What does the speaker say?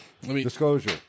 disclosure